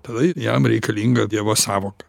tada jam reikalinga dievo sąvoka